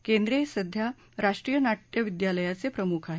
केंद्रे हे सध्या राष्ट्रीय नाट्य विद्यालयाचे प्रमुख आहेत